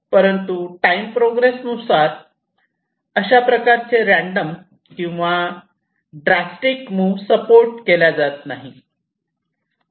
परंतु time progress नुसार अशाप्रकारचे रँडम किंवा ट्रस्ट ड्रास्टिक मूव्ह सपोर्ट केल्या जात नाही